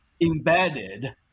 embedded